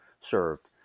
served